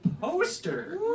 poster